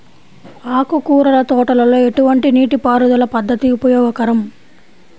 ఆకుకూరల తోటలలో ఎటువంటి నీటిపారుదల పద్దతి ఉపయోగకరం?